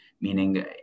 meaning